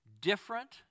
different